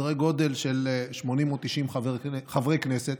סדרי גודל של 80 או 90 חברי כנסת